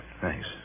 Thanks